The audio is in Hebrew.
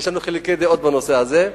יש לנו חילוקי דעות בנושא הזה.